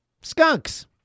Skunks